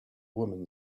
women